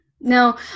No